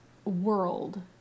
world